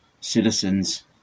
citizens